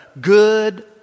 good